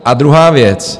A druhá věc.